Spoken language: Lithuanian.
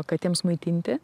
katėms maitinti